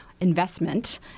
investment